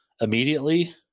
immediately